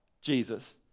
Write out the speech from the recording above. Jesus